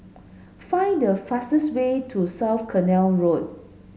find the fastest way to South Canal Road